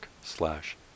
slash